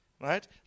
right